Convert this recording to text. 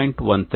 13